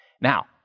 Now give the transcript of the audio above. Now